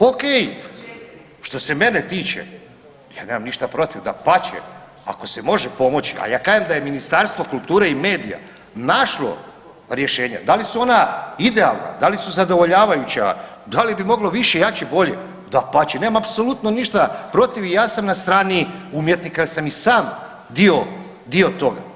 Ok, što se mene tiče ja nemam ništa protiv, dapače, ako se može pomoći, ali ja kažem da je Ministarstvo kulture i medija našlo rješenja, da li su ona idealna, da li zadovoljavajuća, da li bi moglo više, jače, bolje, dapače, nemam apsolutno ništa protiv i ja sam na strani umjetnika jer sam i sam dio toga.